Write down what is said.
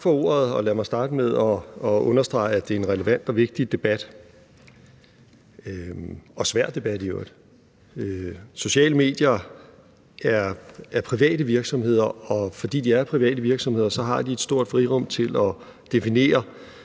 Tak for ordet, og lad mig starte med at understrege, at det er en relevant og vigtig debat – og svær debat i øvrigt. Sociale medier er private virksomheder, og fordi de er private virksomheder, har de et stort frirum til at definere,